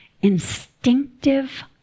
instinctive